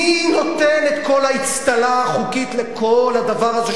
מי נותן את כל האצטלה החוקית לכל הדבר הזה,